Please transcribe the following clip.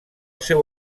seu